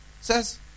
says